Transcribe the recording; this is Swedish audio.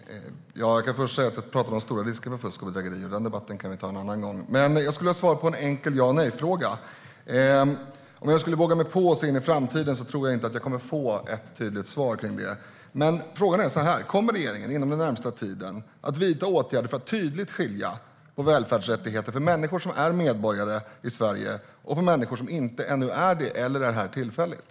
Fru talman! Jag kan först säga att jag talade om stora risker för fusk och bedrägerier. Den debatten kan vi ta en annan gång. Jag skulle vilja ha svar på en enkel fråga som kan besvaras med ja eller nej. Om jag skulle våga mig på att se in i framtiden tror jag inte att jag får ett tydligt svar. Frågan är: Kommer regeringen inom den närmaste tiden att vidta åtgärder för att tydligt skilja på välfärdsrättigheter för människor som är medborgare i Sverige och för människor som ännu inte är det eller är här tillfälligt?